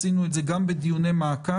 עשינו את זה גם בדיוני מעקב,